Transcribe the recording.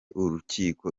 urukiko